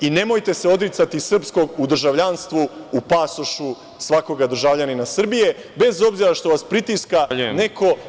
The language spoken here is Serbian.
Nemojte se odricati srpkog u državljanstvu, u pasošu svakoga državljanina Srbije, bez obzira što vas pritiska neko…